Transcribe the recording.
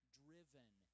driven